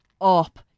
up